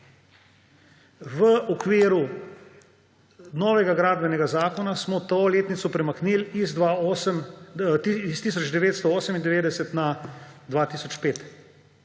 V okviru novega gradbenega zakona smo to letnico premaknili iz 1998 na 2005.